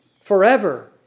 forever